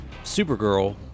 Supergirl